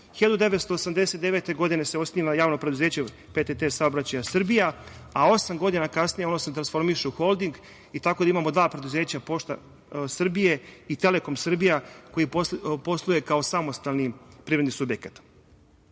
1989. godine se osniva Javno preduzeće PTT saobraćaja Srbija, a osam godina kasnije on se transformiše u holding, tako da imamo dva preduzeća „Pošta Srbija“ i „Telekom Srbija“ koji posluje kao samostalni privredni subjekat. Kako